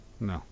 No